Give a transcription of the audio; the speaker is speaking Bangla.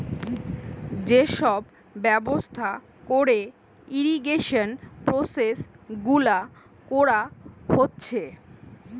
যে সব ব্যবস্থা কোরে ইরিগেশন প্রসেস গুলা কোরা হচ্ছে